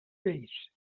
vase